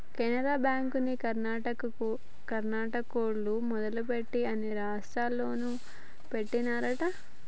కెనరా బ్యాంకుని కర్ణాటకోల్లు మొదలుపెట్టి అన్ని రాష్టాల్లోనూ పెట్టినారంట